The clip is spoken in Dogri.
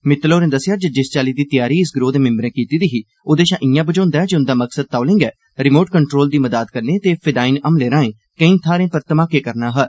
मित्तल होरें दस्सेआ जे जिस चाल्ली दी तैयारी इस गिरोह दे मिम्बरें कीती दी ही ओदे षा इंया बझोंदा ऐ जे उन्दा मकसद तौले गै रिमोट कन्ट्रोल दी मदद कन्ने ते फिदायिन हमलें राएं केंई थाहरें पर धमाके करना हा